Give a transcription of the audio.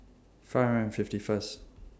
five hundred and fifty First